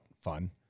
fun